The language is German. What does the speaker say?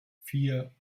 vier